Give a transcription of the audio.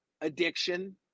addiction